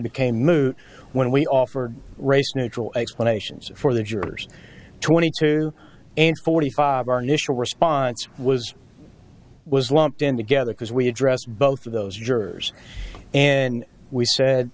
became moot when we offer race neutral explanations for the jurors twenty two and forty five our nischelle response was was lumped in together because we address both of those jurors and we said